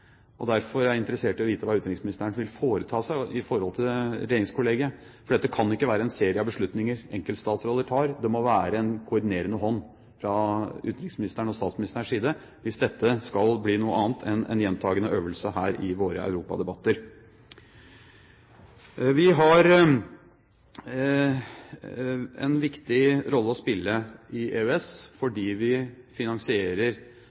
Derfor er jeg interessert i å vite hva utenriksministeren vil foreta seg i forhold til regjeringskollegiet, for dette kan ikke være en serie av enkeltbeslutninger statsråder tar. Det må være en koordinerende hånd fra utenriksministerens og statsministerens side hvis dette skal bli noe annet enn en gjentakende øvelse her i våre Europa-debatter. Vi har en viktig rolle å spille i EØS, fordi vi finansierer,